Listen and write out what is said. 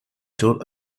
told